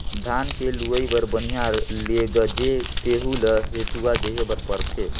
धान के लूवई बर बनिहार लेगजे तेहु ल हेसुवा देहे बर परथे